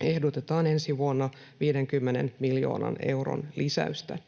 ehdotetaan ensi vuonna 50 miljoonan euron lisäystä.